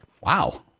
Wow